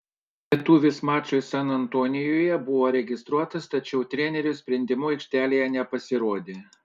lietuvis mačui san antonijuje buvo registruotas tačiau trenerio sprendimu aikštelėje nepasirodė